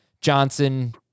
Johnson